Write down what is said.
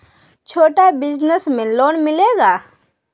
छोटा बिजनस में लोन मिलेगा?